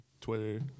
Twitter